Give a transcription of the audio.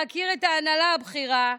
להכיר את ההנהלה הבכירה,